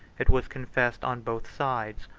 it was confessed on both sides,